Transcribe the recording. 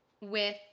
with-